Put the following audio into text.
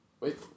Wait